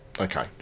Okay